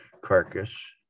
carcass